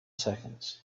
seconds